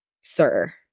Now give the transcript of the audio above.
sir